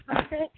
Okay